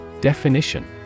Definition